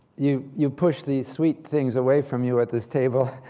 you you push these sweet things away from you at this table,